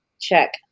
check